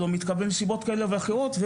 או לא מתקבל מסיבות כאלה ואחרות,